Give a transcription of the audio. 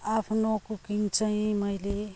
आफ्नो कुकिङ चाहिँ मैले